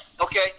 Okay